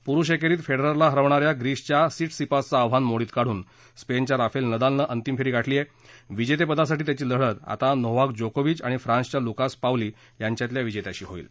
पुरुष एकेरीत फेडररला हरवणा या ग्रीसच्या सिटसिपासचं आव्हान मोडीत काढून स्पेनच्या राफेल नदालनं अंतिम फेरी गाठली आहे विजेतेपदासाठी त्याची लढत नोवाक जोकोविक आणि फ्रान्सच्या लुकास पावली यांच्यातल्या विजेत्याशी होईल